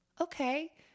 okay